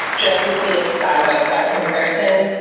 just to see a side-by-side comparison,